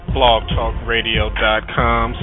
blogtalkradio.com